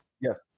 Yes